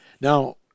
Now